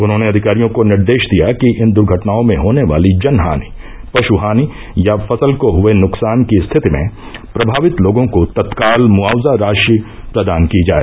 उन्होंने अधिकारियों को निर्देश दिया कि इन दुर्घटनाओं में होने वाली जनहानि पशुहानि या फसल को हुए नुकसान की स्थिति में प्रभावित लोगों को तत्काल मुआवजा राशि प्रदान की जाए